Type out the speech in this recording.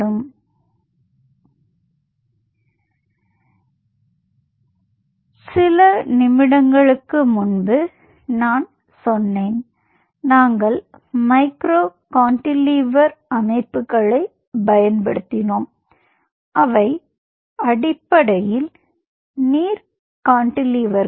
எனவே சில நிமிடங்களுக்கு முன்பு நான் சொன்னேன் நாங்கள் மைக்ரோ கான்டிலீவர் அமைப்புகளைப் பயன்படுத்தினோம் அவை அடிப்படையில் நீர் கான்டிலீவர்கள்